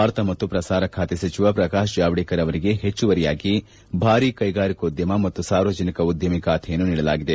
ವಾರ್ತಾ ಮತ್ತು ಪ್ರಸಾರ ಖಾತೆ ಸಚಿವ ಪ್ರಕಾಶ್ ಜಾವಡೇಕರ್ ಅವರಿಗೆ ಹೆಚ್ಚುವರಿಯಾಗಿ ಭಾರೀ ಕೈಗಾರಿಕೋದ್ಯಮ ಮತ್ತು ಸಾರ್ವಜನಿಕ ಉದ್ದಿಮೆ ಖಾತೆಯನ್ನು ನೀಡಲಾಗಿದೆ